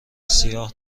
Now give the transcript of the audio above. سیاه